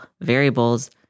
variables